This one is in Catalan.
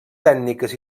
tècniques